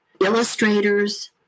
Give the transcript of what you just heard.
illustrators